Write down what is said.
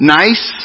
nice